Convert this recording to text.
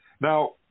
Now